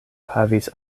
havis